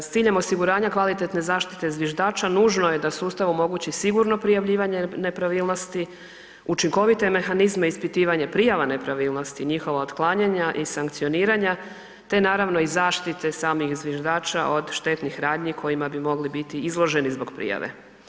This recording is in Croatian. S ciljem osiguranja kvalitetne zaštite zviždača nužno je da sustav omogući sigurno prijavljivanje nepravilnosti, učinkovite mehanizme ispitivanje prijava nepravilnosti i njihova otklanjanja i sankcioniranja te naravno i zaštite samih zviždača od štetnih radnji kojima bi mogli biti izloženi zbog prijave.